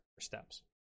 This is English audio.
steps